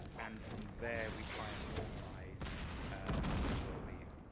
and from there, we try and normalize somebody's well-being.